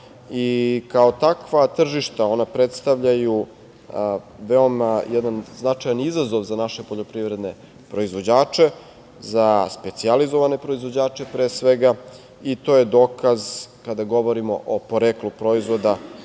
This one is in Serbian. Kao takva tržišta, ona predstavljaju veoma jedan značajan izazov za naše poljoprivredne proizvođače, za specijalizovane proizvođače, pre svega, i to je dokaz kada govorimo o poreklu proizvoda